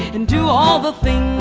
and do all the things.